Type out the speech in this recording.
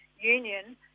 union